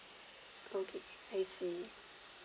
okay thank you